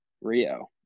Rio